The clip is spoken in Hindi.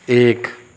एक